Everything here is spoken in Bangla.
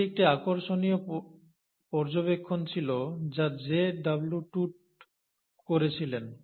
এটি একটি আকর্ষণীয় পর্যবেক্ষণ ছিল যা জে ডাব্লু টুট করেছিলেন